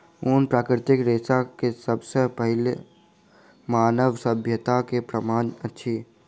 ऊन प्राकृतिक रेशा के सब सॅ पहिल मानव सभ्यता के प्रमाण अछि